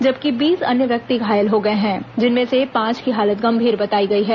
जबकि बीस अन्य व्यक्ति घायल हो गए जिनमें से पांच की हालत गंभीर बताई गई है